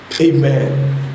Amen